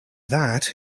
that